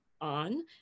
on